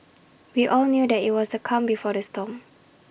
we all knew that IT was the calm before the storm